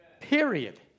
Period